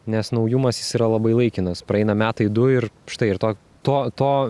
nes naujumas jis yra labai laikinas praeina metai du ir štai ir to to to